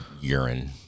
urine